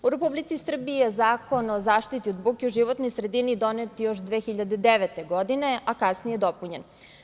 U Republici Srbiji je Zakon o zaštiti od buke u životnoj sredini donet još 2009. godine, a kasnije je dopunjen.